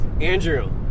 Andrew